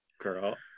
Girl